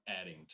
adding